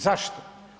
Zašto?